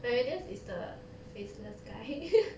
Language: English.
my weirdest is the faceless guy